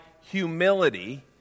humility